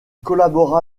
collabora